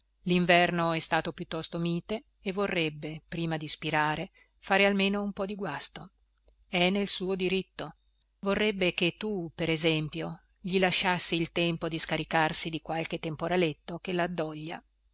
linverno è stato piuttosto mite e vorrebbe prima di spirare fare almeno un po di guasto è nel suo diritto vorrebbe che tu per esempio gli lasciassi il tempo di scaricarsi di qualche temporaletto che laddoglia ma